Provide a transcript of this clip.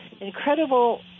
incredible